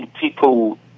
people